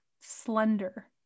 slender